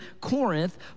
Corinth